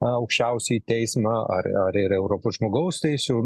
aukščiausiąjį teismą ar ir europos žmogaus teisių